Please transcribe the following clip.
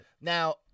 Now